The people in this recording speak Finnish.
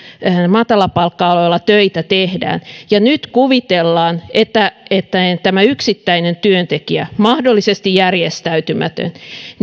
matalapalkka aloilla töitä tehdään ja jos nyt kuvitellaan että että tämä yksittäinen työntekijä mahdollisesti järjestäytymätön